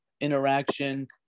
interaction